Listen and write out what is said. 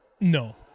No